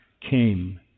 came